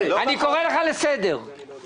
יוכלו להרחיב בנושא מדיניות האכיפה כפי שנקבעה.